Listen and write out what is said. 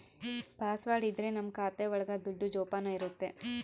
password ಇದ್ರೆ ನಮ್ ಖಾತೆ ಒಳಗ ದುಡ್ಡು ಜೋಪಾನ ಇರುತ್ತೆ